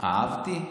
אהבתי?